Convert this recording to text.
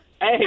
Hey